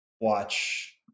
watch